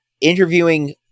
interviewing